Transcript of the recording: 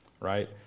right